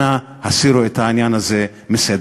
אנא, הסירו את העניין הזה מסדר-היום.